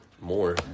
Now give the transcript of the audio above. more